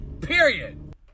period